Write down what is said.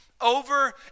over